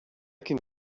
can